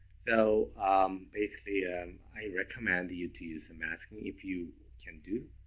so um basically um i recommend you to use masking if you can do.